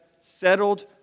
settled